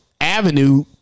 avenue